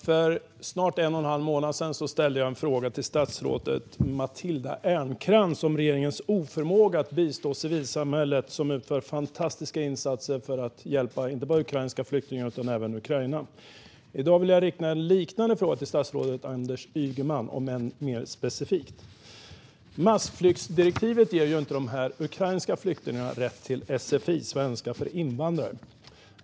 Fru talman! För snart en och en halv månad sedan ställde jag en fråga till statsrådet Matilda Ernkrans om regeringens oförmåga att bistå civilsamhället, som gör fantastiska insatser för att hjälpa inte bara ukrainska flyktingar utan även Ukraina. I dag vill jag rikta en liknande fråga, om än mer specifik, till statsrådet Anders Ygeman. Massflyktsdirektivet ger inte de ukrainska flyktingarna rätt till sfi, svenska för invandrare.